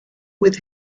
with